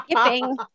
Skipping